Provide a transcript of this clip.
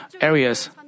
areas